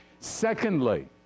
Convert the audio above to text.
Secondly